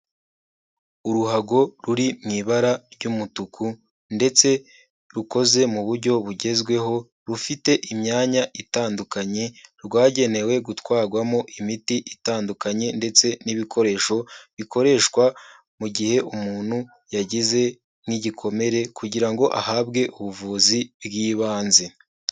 Uruhago ruri mu ibara ry'umutuku ndetse rukoze mu buryo bugezweho, rufite imyanya itandukanye rwagenewe gutwarwamo imiti itandukanye ndetse n'ibikoresho bikoreshwa mu gihe umuntu yagize nk'igikomere kugira ngo ahabwe ubuvuzi bw'ibanze.